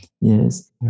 Yes